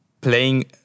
playing